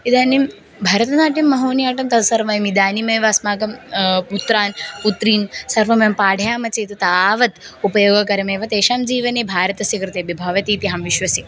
इदानीं भरतनाट्यं महोनि आट्टं तद् सर्वम् इदानीमेव अस्माकं पुत्रान् पुत्रीन् सर्वमेव पाठयामः चेत् तावत् उपयोगकरमेव तेषां जीवने भारतस्य कृते अपि भवति इति अहं विश्वसि